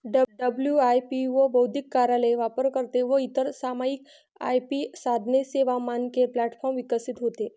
WIPO बौद्धिक कार्यालय, वापरकर्ते व इतर सामायिक आय.पी साधने, सेवा, मानके प्लॅटफॉर्म विकसित होते